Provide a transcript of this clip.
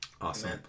awesome